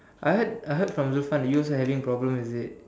I heard I heard from Zulfan that you also having problem is it